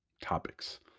topics